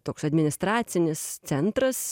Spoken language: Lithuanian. toks administracinis centras